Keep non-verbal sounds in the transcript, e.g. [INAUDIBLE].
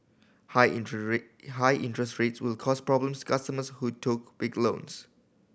high [UNINTELLIGIBLE] high interest rates will cause problems customers who took big loans